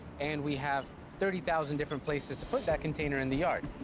and we have thirty thousand different places to put that container in the yard.